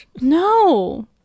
no